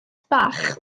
bach